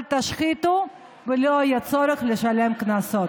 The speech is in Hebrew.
אל תשחיתו ולא יהיה צורך לשלם קנסות.